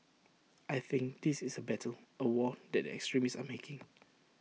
I think this is A battle A war that the extremists are making